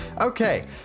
okay